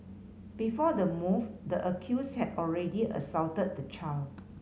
before the move the accused had already assaulted the child